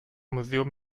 museum